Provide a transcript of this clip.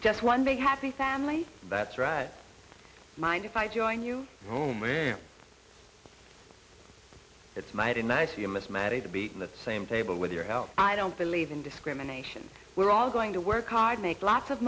just one big happy family that's right mind if i join you oh man it's mighty nice you miss matty to be in that same table with your help i don't believe in discrimination we're all going to work hard make lots of